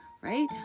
right